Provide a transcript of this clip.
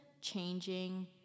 changing